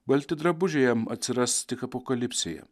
balti drabužiai jam atsiras tik apokalipsėje